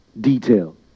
detail